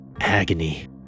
Agony